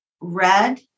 red